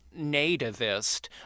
nativist